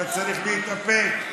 אתה צריך להתאפק.